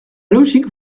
logique